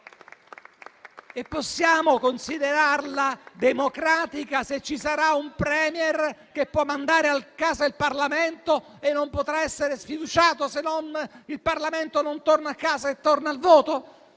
Possiamo considerarla democratica, se ci sarà un *Premier* che può mandare a casa il Parlamento e non potrà essere sfiduciato, se il Parlamento non torna a casa e non si torna al voto?